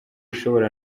ishobora